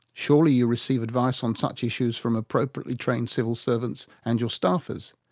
surely you receive advice on such issues from appropriately trained civil servants, and your staffers?